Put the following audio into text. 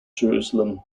jerusalem